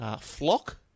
Flock